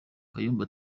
kayumba